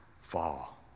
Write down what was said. fall